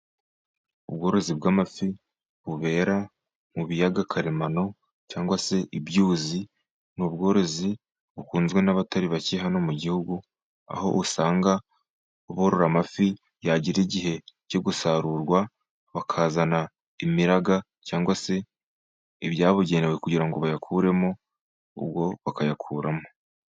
Ubworozi bw'amafi bubera mu biyaga karemano, cyangwa se ibyuzi, ni ubworozi bukunzwe n'abatari bake hano mu gihugu, aho usanga borora amafi yagira igihe cyo gusarurwa bakazana imiraga cyangwa se ibyabugenewe kugira ngo bayakuremo ubwo bakayakuramo.